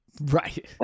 Right